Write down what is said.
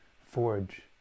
forge